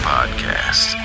Podcast